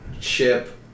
Chip